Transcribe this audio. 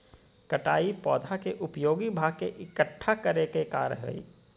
कटाई पौधा के उपयोगी भाग के इकट्ठा करय के कार्य हइ